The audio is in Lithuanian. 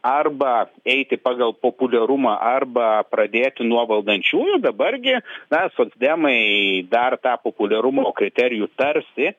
arba eiti pagal populiarumą arba pradėti nuo valdančiųjų dabar gi na socdemai dar tą populiarumo kriterijų tarsi